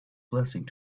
blessing